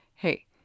Hey